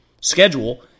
schedule